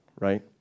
right